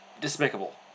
Despicable